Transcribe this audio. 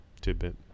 Tidbit